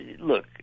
look